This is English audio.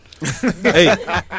Hey